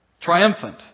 Triumphant